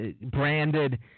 branded